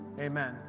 Amen